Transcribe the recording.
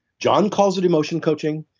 john calls it emotion coaching.